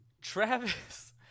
Travis